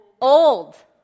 Old